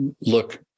look